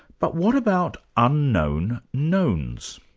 but what about unknown knowns?